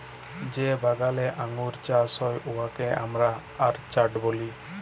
যে বাগালে আঙ্গুর চাষ হ্যয় উয়াকে আমরা অরচার্ড ব্যলি